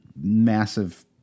massive